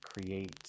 create